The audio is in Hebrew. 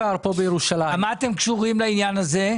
במה אתם קשורים לעניין הזה?